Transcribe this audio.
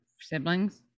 siblings